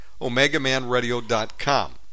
OmegaManRadio.com